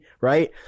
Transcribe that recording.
right